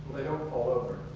they don't fall over.